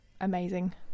amazing